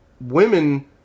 women